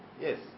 Yes